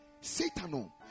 Satan